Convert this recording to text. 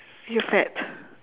you fat